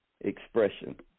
expression